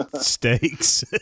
steaks